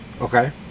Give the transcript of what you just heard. Okay